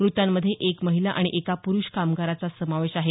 मृतांमध्ये एक महिला आणि एका प्रुष कामगाराचा समावेश आहे